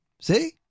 See